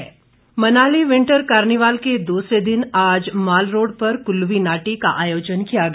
winter carnival Manali winter carnival के दूसरे दिन आज मालरोड़ पर कुल्लवी नाटी का आयोजन किया गया